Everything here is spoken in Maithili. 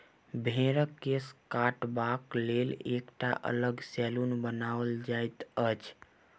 भेंड़क केश काटबाक लेल एकटा अलग सैलून बनाओल जाइत अछि